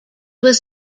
was